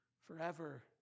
forever